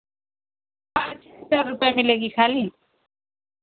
पाँच सौ रुपए मिलेंगी खाली